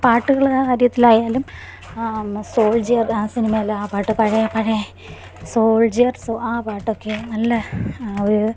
പാട്ടുകൾ ആദ്യത്തിലായാലും സോൾജ്യർ ആ സിനിമയിലെ ആ പാട്ട് പഴയപഴയ സോൾജ്യർ ആ പാട്ടൊക്കെ നല്ല ഒരു